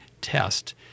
test